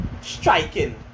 striking